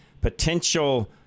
potential